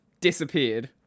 disappeared